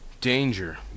Danger